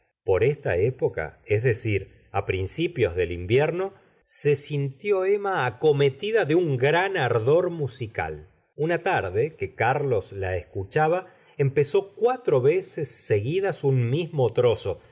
por esta época es decir á principios del invierno se sintió emma acometida de un gran ardor musical una tarde que carlos la escuchaba empezó cua tro veces seguidas un mismo trozo